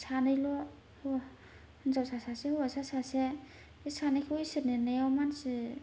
सानैल' हौवासा सासे हिनजासा सासे बे सानैखौ इसोरनि अननायाव